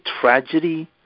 tragedy